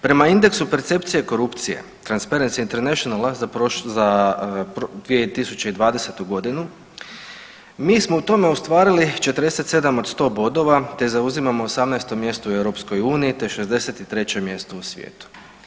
Prema indeksu percepcije korupcije Transparency Internationala za, za 2020. godinu mi smo u tome ostvarili 47 od 100 bodova te zauzimamo 18 mjesto u EU te 63 mjesto u svijetu.